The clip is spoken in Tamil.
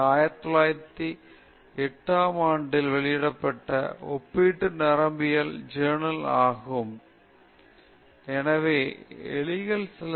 இது 1908 ஆம் ஆண்டில் வெளியிடப்பட்ட ஒப்பீட்டு நரம்பியல் மற்றும் உளவியலின் ஜௌர்னல் ஆகும் அங்கு அவர்கள் எலிகளிலும் ஆய்வுகள் செய்தனர் பின்னர் எலிகளுக்கு மின் அதிர்ச்சிகளைக் கொடுக்கிறார்கள் மேலும் சில நடவடிக்கைகளை செய்ய எலிகள் கேட்கிறார்கள்